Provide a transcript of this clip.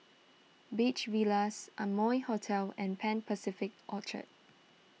Beach Villas Amoy Hotel and Pan Pacific Orchard